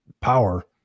power